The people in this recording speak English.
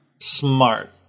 Smart